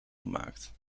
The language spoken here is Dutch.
gemaakt